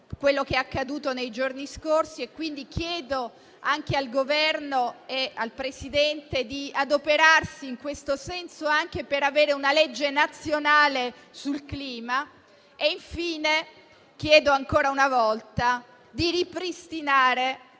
quello che è accaduto nei giorni scorsi. Chiedo quindi anche al Governo e al Presidente di adoperarsi in questo senso, anche per avere una legge nazionale sul clima. Infine, chiedo ancora una volta di ripristinare